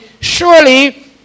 Surely